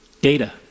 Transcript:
Data